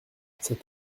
cet